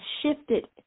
shifted